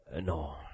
no